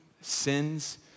sins